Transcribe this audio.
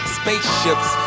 spaceships